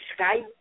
Skype